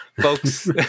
folks